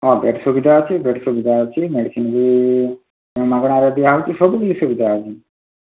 ହଁ ବେଡ଼୍ ସୁବିଧା ଅଛି ବେଡ଼୍ ସୁବିଧା ଅଛି ମେଡ଼ିସିନ୍ ବି ମାଗଣାରେ ଦିଆହୋଉଛି ସବୁ କିଛି ସୁବିଧା ଅଛି